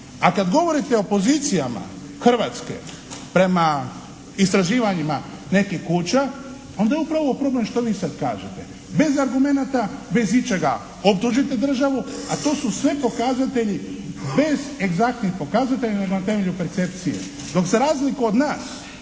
A kad govorite o pozicijama Hrvatske prema istraživanjima nekih kuća onda je upravo problem ovo što vi sada kažete. Bez argumenata, bez ičega optužite državu a to su sve pokazatelji bez egzaktnih pokazatelja nego na temelju percepcije, dok za razliku od nas